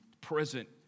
present